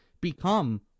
become